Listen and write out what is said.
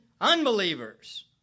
unbelievers